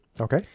Okay